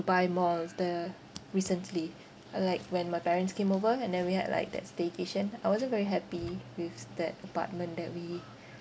dubai malls the recently like when my parents came over and then we had like that staycation I wasn't very happy with that apartment that we